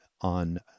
on